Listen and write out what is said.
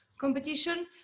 competition